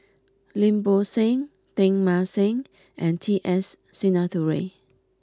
Lim Bo Seng Teng Mah Seng and T S Sinnathuray